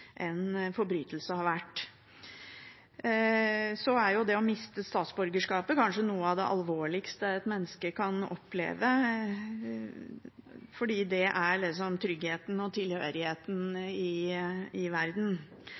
en forbrytelse har vært. Det å miste statsborgerskapet er kanskje noe av det alvorligste et menneske kan oppleve, fordi det er tryggheten og tilhørigheten i verden.